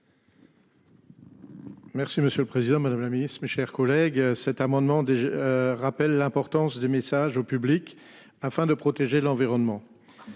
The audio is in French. Merci, monsieur le Président Madame la Ministre, mes chers collègues. Cet amendement des. Rappelle l'importance des messages au public afin de protéger l'environnement.